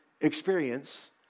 experience